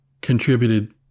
contributed